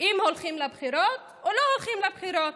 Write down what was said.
אם הולכים לבחירות או לא הולכים לבחירות.